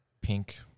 pink